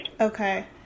Okay